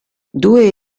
due